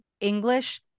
English